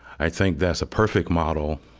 i think that's a perfect model,